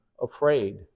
afraid